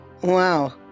Wow